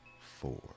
four